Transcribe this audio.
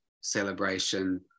celebration